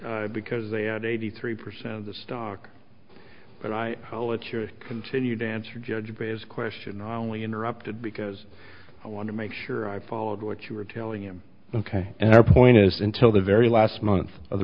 because they had eighty three percent of the stock but i let your continue to answer judge by his question i only interrupted because i want to make sure i followed what you were telling him ok and our point is until the very last month of the